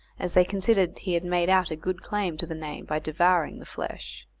as they considered he had made out a good claim to the name by devouring the flesh.